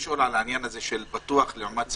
לגבי פתוח לעומת סגור,